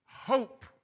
hope